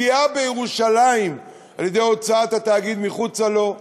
פגיעה בירושלים על-ידי הוצאת התאגיד מחוצה לה,